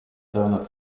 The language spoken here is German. seiner